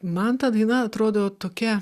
man ta daina atrodo tokia